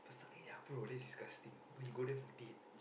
Pastamania bro that's disgusting why you go there for date